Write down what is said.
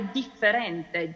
differente